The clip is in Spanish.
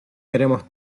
queremos